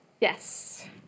Yes